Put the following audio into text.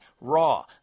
raw